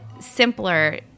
simpler